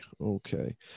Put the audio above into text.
okay